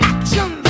Action